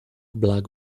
black